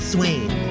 Swain